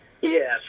Yes